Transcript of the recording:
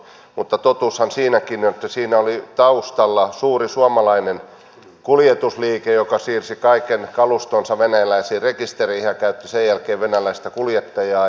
mutta totuushan siinäkin oli että siinä oli taustalla suuri suomalainen kuljetusliike joka siirsi kaiken kalustonsa venäläiseen rekisteriin ja käytti sen jälkeen venäläistä kuljettajaa